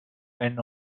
and